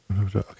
okay